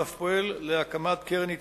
ואף פועל להקמת קרן התייעלות.